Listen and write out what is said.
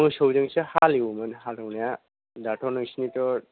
मोसौ जोंसो हालौयोमोन हालौनाया दाथ' नोंसिनिथ'